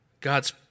God's